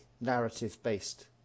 narrative-based